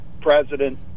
president